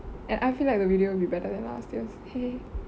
and I feel like the video will be better than last year's !hey!